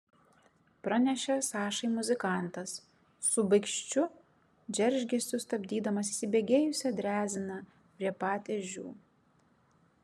pranešė sašai muzikantas su baikščių džeržgesiu sustabdydamas įsibėgėjusią dreziną prie pat ežių